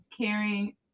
Caring